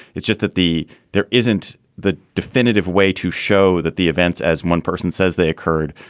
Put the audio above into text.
it's just that the there isn't the definitive way to show that the events, as one person says they occurred,